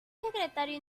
secretario